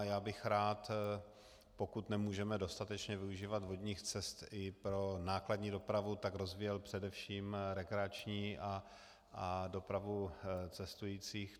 Já bych rád, pokud nemůžeme dostatečně využívat vodních cest i pro nákladní dopravu, rozvíjel především rekreační a dopravu cestujících.